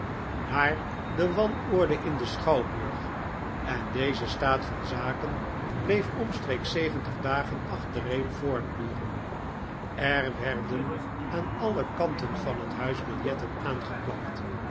naar de wanordo in den schouwburg en deze staat van zaken bleef omstreeks zeventig dagen achtereen voortduren er werden aan alle kanten van het huis biljetten aangeplakt